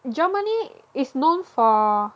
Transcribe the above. Germany is known for